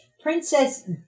Princess